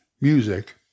music